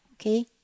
Okay